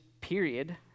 period